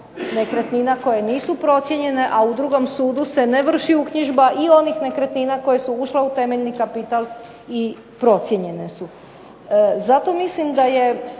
nekretnina koje nisu procijenjene, a u drugom sudu se ne vrši uknjižba i onih nekretnina koje su ušle u temeljni kapital i procijenjene su. Zato mislim da je